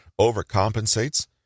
overcompensates